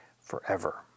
forever